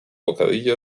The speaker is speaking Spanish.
bocadillo